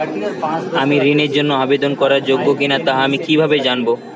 আমি ঋণের জন্য আবেদন করার যোগ্য কিনা তা আমি কীভাবে জানব?